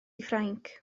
ffrainc